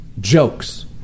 jokes